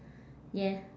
yeah